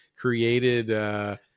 created –